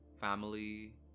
family